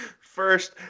First